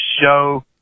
show